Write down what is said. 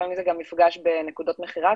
לפעמים זה גם מפגש בנקודות מכירה,